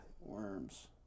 Worms